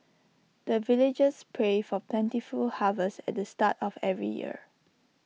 the villagers pray for plentiful harvest at the start of every year